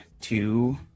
two